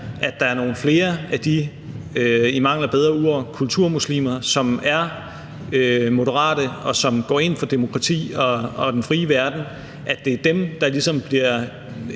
at der er nogle flere af de i mangel af bedre ord kulturmuslimer, som er moderate, og som går ind for demokrati og den frie verden, der ligesom bliver